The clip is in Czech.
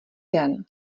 den